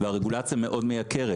והרגולציה מאוד מייקרת.